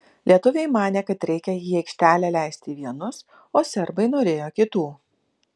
lietuviai manė kad reikia į aikštelę leisti vienus o serbai norėjo kitų